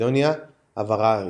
ומקדוניה הווארדארית.